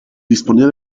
disponía